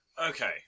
Okay